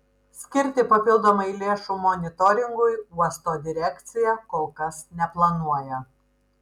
skirti papildomai lėšų monitoringui uosto direkcija kol kas neplanuoja